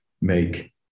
make